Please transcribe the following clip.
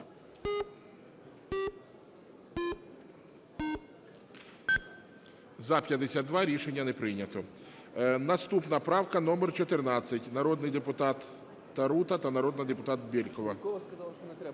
За-52 Рішення не прийнято. Наступна правка номер 14, народний депутат Тарута та народний депутат Бєлькова.